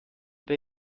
wir